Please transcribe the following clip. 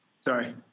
Sorry